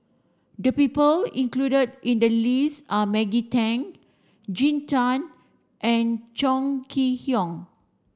the people included in the list are Maggie Teng Jean Tay and Chong Kee Hiong